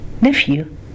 nephew